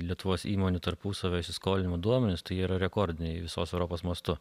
lietuvos įmonių tarpusavio įsiskolinimų duomenis tai yra rekordiniai visos europos mastu